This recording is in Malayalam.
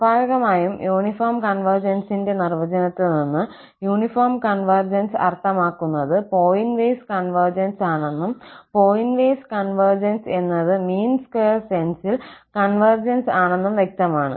സ്വാഭാവികമായും യൂണിഫോം കോൺവെർജന്സിന്റെ നിർവചനത്തിൽ നിന്ന് യൂണിഫോം കോൺവെർജൻസ് അർത്ഥമാക്കുന്നത് പോയിന്റ് വൈസ് കൺവെർജൻസ് ആണെന്നും പോയിന്റ് വൈസ് കൺവെർജൻസ് എന്നത് മീൻ സ്ക്വയർ സെൻസിൽ കോൺവെർജൻസ് ആണെന്നും വ്യക്തമാണ്